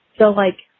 so, like,